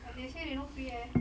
ah they say you no free eh